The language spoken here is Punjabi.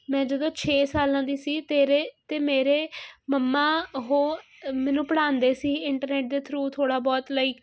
ਮੈਂ ਜਦੋਂ ਛੇ ਸਾਲਾਂ ਦੀ ਸੀ ਤੇਰੇ ਅਤੇ ਮੇਰੇ ਮੰਮਾ ਉਹ ਮੈਨੂੰ ਪੜ੍ਹਾਉਂਦੇ ਸੀ ਇੰਟਰਨੈਟ ਦੇ ਥਰੂ ਥੋੜ੍ਹਾ ਬਹੁਤ ਲਾਇਕ